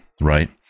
Right